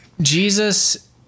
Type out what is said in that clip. Jesus